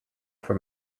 for